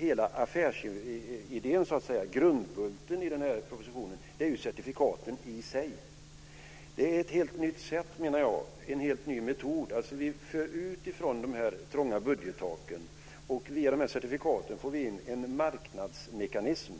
Hela affärsidén, grundbulten i propositionen, är ju certifikaten i sig. Det är ett helt nytt sätt, en helt ny metod. Vi undgår de trånga budgettaken. Via certifikaten får vi in en marknadsmekanism,